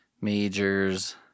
majors